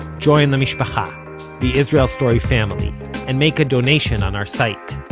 join the mishpacha the israel story family and make a donation on our site,